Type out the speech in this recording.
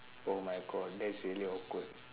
oh my god that is really awkward